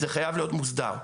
זה חייב להיות מוסדר.